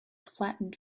flattened